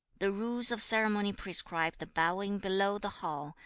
the rules of ceremony prescribe the bowing below the hall,